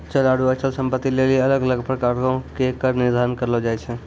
चल आरु अचल संपत्ति लेली अलग अलग प्रकारो के कर निर्धारण करलो जाय छै